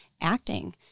acting